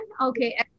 okay